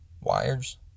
wires